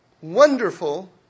wonderful